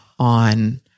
on